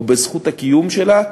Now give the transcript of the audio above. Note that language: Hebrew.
או בזכות הקיום שלה,